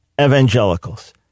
evangelicals